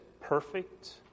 Perfect